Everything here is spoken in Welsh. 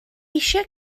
eisiau